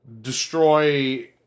destroy